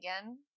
again